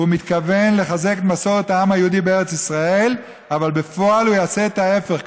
הוא מתכוון לחזק את מסורת העם היהודי בארץ ישראל אבל בפועל יעשה ההפך,